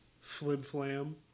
flim-flam